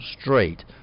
straight